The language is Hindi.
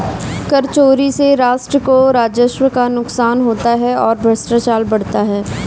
कर चोरी से राष्ट्र को राजस्व का नुकसान होता है और भ्रष्टाचार बढ़ता है